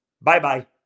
Bye-bye